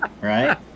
right